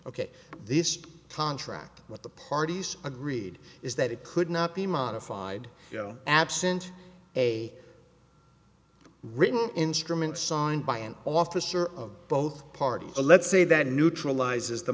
ok this contract what the parties agreed is that it could not be modified absent a written instrument signed by an officer of both parties let's say that neutralizes the